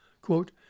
Quote